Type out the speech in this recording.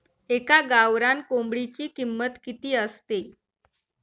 एका गावरान कोंबडीची किंमत किती असते?